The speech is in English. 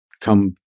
come